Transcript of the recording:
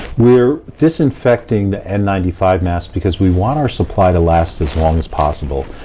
we're disinfecting the n nine five masks because we want our supply to last as long as possible.